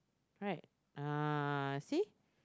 right ah see